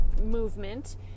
movement